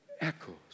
echoes